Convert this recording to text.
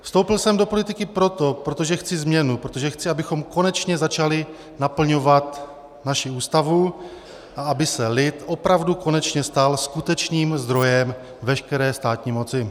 Vstoupil jsem do politiky proto, protože chci změnu, protože chci, abychom konečně začali naplňovat naši ústavu a aby se lid opravdu konečně stal skutečným zdrojem veškeré státní moci.